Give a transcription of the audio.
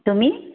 তুমি